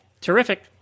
Terrific